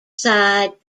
side